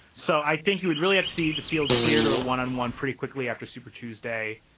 so i think you would really see the field cleared or one on one pretty quickly after super tuesday.